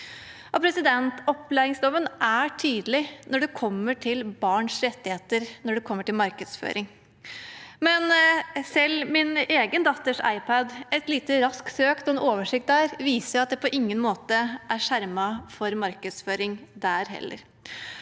Opplæringsloven er tydelig med hensyn til barns rettigheter når det gjelder markedsføring. Selv min egen datters iPad – et lite, raskt søk og en oversikt der – viser at man på ingen måte er skjermet for markedsføring der heller.